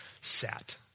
sat